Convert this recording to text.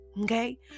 okay